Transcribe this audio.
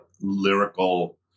lyrical